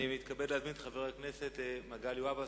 אני מתכבד להזמין את חבר הכנסת מגלי והבה,